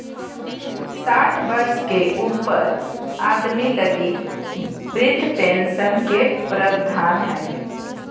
साठ वर्ष के ऊपर आदमी लगी वृद्ध पेंशन के प्रवधान हइ